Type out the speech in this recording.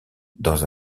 dans